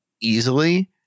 easily